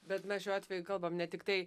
bet mes šiuo atveju kalbam ne tiktai